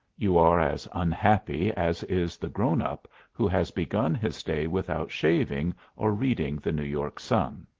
you are as unhappy as is the grown-up who has begun his day without shaving or reading the new york sun.